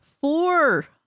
Four